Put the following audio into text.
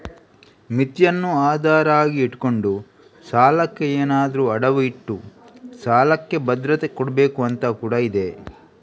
ಮಿತಿಯನ್ನ ಆಧಾರ ಆಗಿ ಇಟ್ಕೊಂಡು ಸಾಲಕ್ಕೆ ಏನಾದ್ರೂ ಅಡವು ಇಟ್ಟು ಸಾಲಕ್ಕೆ ಭದ್ರತೆ ಕೊಡ್ಬೇಕು ಅಂತ ಕೂಡಾ ಇದೆ